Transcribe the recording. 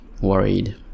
worried